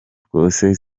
rwose